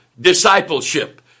discipleship